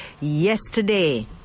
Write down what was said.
yesterday